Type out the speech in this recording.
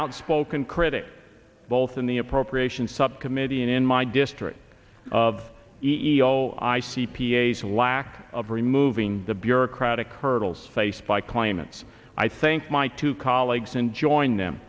outspoken critic both on the appropriations subcommittee and in my district of e e o i c p a s lack of removing the bureaucratic hurdles faced by claimants i thank my two colleagues and join them